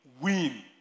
win